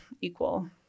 equal